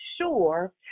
sure